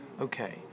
Okay